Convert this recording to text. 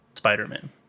spider-man